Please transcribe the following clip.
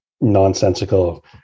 nonsensical